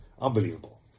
unbelievable